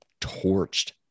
torched